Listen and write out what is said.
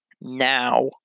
now